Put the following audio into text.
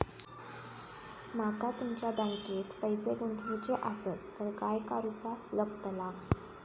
माका तुमच्या बँकेत पैसे गुंतवूचे आसत तर काय कारुचा लगतला?